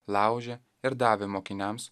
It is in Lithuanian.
laužė ir davė mokiniams